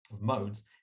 modes